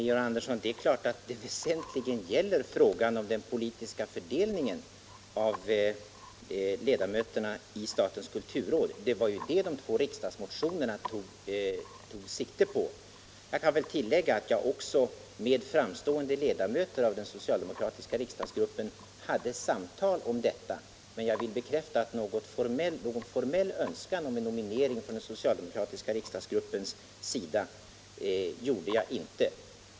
Herr talman! Detta är klart, herr Georg Andersson, att det vid nominerandet av ledamöter i statens kulturråd väsentligen är fråga om en politisk fördelning. Det var ju det de två riksdagsmotionerna tog sikte på. Jag kan väl tillägga att jag också hade ett samtal om detta med framstående ledamöter av den socialdemokratiska riksdagsgruppen, men någon formell önskan om en nominering från den socialdemokratiska riksdagsgruppens sida framförde jag inte.